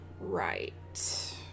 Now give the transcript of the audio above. Right